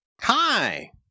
Hi